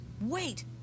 Wait